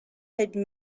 had